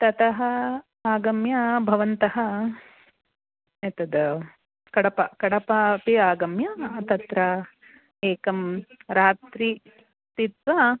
ततः आगम्य भवन्तः एतद् कडप कडपा अपि आगम्य तत्र एकं रात्रिं स्थित्वा